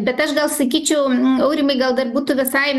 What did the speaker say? bet aš gal sakyčiau aurimai gal dar būtų visai